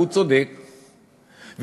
והוא צודק,